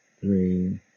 three